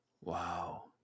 Wow